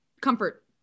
Comfort